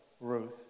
Ruth